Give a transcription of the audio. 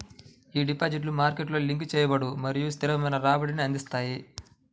ఈ డిపాజిట్లు market link చేయబడవు మరియు స్థిరమైన రాబడిని అందిస్తాయి